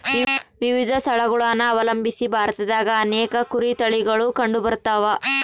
ವಿವಿಧ ಸ್ಥಳಗುಳನ ಅವಲಂಬಿಸಿ ಭಾರತದಾಗ ಅನೇಕ ಕುರಿ ತಳಿಗುಳು ಕಂಡುಬರತವ